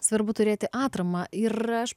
svarbu turėti atramą ir aš